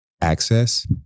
access